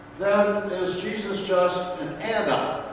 is jesus just an and